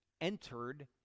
entered